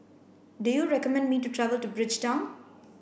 do you recommend me to travel to Bridgetown